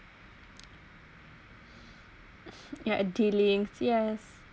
yeah a dealing yes